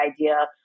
idea